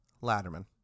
Latterman